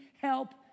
help